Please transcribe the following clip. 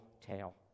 tale